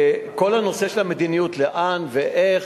כל הנושא של המדיניות לאן ואיך,